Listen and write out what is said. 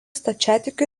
stačiatikių